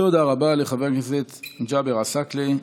תודה רבה לחבר הכנסת ג'אבר עסאקלה.